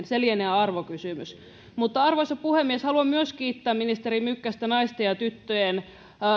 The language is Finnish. se lienee arvokysymys mutta arvoisa puhemies haluan myös kiittää ministeri mykkästä naisten ja tyttöjen